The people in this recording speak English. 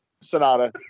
Sonata